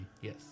Yes